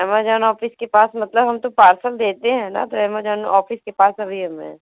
Amazon office के पास मतलब हम तो पार्सल देते है न तो ऐमाजाेन ऑफिस के पास के पास अभी हम हैं